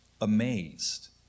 amazed